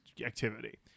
activity